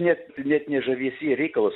net net ne žavesy reikalas